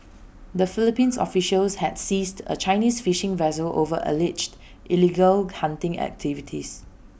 the Philippines officials had seized A Chinese fishing vessel over alleged illegal hunting activities